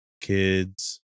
Kids